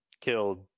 killed